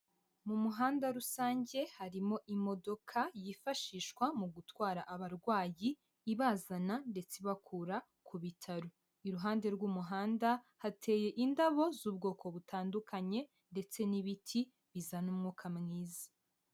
Mu muhanda rusange harimo imodoka yifashishwa mu gutwara abarwayi ibazana ndetse ibakura ku bitaro, iruhande rw'umuhanda hateye indabo z'ubwoko butandukanye ndetse n'ibiti bizana umwuka mwiza.